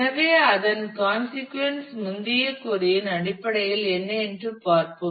எனவே அதன் கான்சீக்ஒன்ஸ் முந்தைய கொறி இன் அடிப்படையில் என்ன என்று பார்ப்போம்